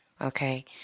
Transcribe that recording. Okay